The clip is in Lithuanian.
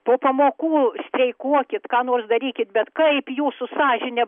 po pamokų streikuokit ką nors darykit bet kaip jūsų sąžinė